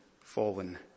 fallen